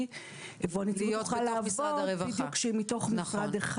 והנציגות תוכל לעבוד מתוך משרד אחד.